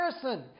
person